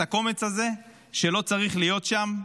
את הקומץ הזה שלא צריך להיות שם.